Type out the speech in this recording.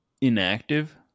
inactive